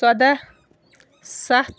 ژۄداہ سَتھ